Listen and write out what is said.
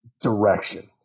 direction